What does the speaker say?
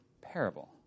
parable